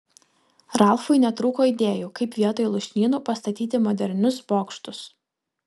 ralfui netrūko idėjų kaip vietoj lūšnynų pastatyti modernius bokštus